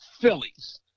Phillies